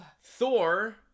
Thor